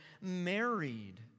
married